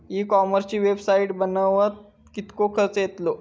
E कॉमर्सची website बनवक किततो खर्च येतलो?